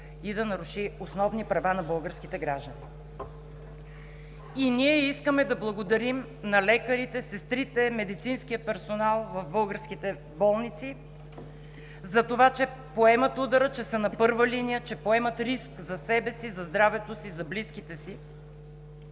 и да наруши основни права на българските граждани. Ние искаме да благодарим на лекарите, сестрите, медицинския персонал в българските болници за това, че поемат удара, че са на първа линия, че поемат риск за себе си, за здравето си, за близките си.